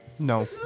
No